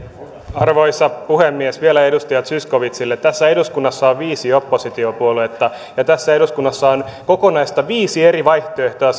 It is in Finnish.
arvoisa puhemies vielä edustaja zyskowiczille tässä eduskunnassa on viisi oppositiopuoluetta ja tässä eduskunnassa on kokonaiset viisi eri vaihtoehtoa